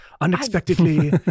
unexpectedly